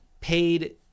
paid